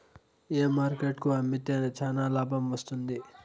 ఏ market కు అమ్మితే చానా లాభం వస్తుంది?